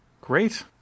Great